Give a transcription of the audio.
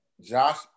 Josh